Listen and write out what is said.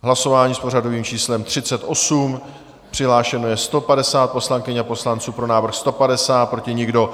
Hlasování s pořadovým číslem 38, přihlášeno je 150 poslankyň a poslanců, pro návrh 150, proti nikdo.